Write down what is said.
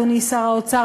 אדוני שר האוצר,